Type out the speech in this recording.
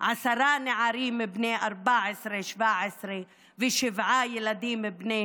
10 נערים בני 14 17 ושבעה ילדים בני